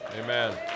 Amen